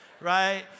Right